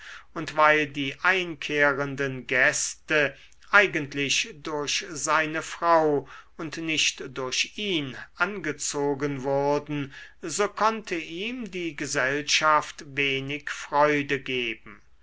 und weil die einkehrenden gäste eigentlich durch seine frau und nicht durch ihn angezogen wurden so konnte ihm die gesellschaft wenig freude geben